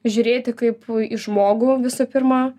žiūrėti kaip į žmogų visų pirma